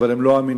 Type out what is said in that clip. אבל הם לא אמינים.